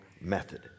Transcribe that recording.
method